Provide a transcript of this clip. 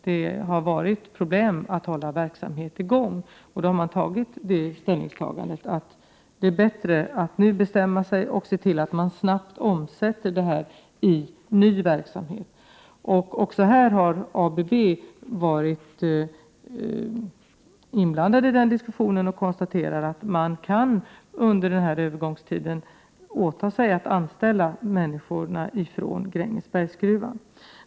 Det har varit problem med att hålla verksamheten i gång, och då har man ansett att det är bättre att nu bestämma sig och se till att man snabbt får ny verksamhet. Också ABB har varit inblandat i den diskussionen och konstaterat att man under den här övergångstiden kan åta sig att anställa människorna från Grängesbergsgruvan.